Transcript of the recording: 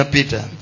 Peter